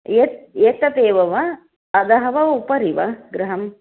एत् एतदेव वा अधः वा उपरि वा गृहम्